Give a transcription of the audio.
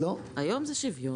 זה קנס.